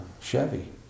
Chevy